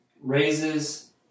raises